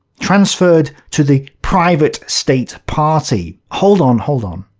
transferred to the private state-party. hold on, hold on.